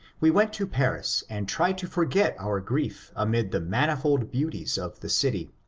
we went to paris and tried to forget our grief amid the manifold beauties of the city.